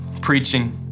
preaching